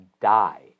die